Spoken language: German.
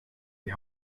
die